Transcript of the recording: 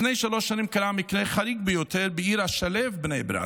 לפני שלוש שנים קרה מקרה חריג ביותר בעיר השלווה בני ברק: